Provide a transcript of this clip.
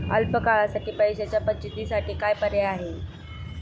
अल्प काळासाठी पैशाच्या बचतीसाठी काय पर्याय आहेत?